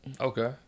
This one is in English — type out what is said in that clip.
okay